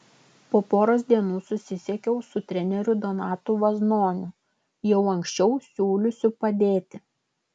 po poros dienų susisiekiau su treneriu donatu vaznoniu jau anksčiau siūliusiu padėti